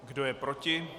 Kdo je proti?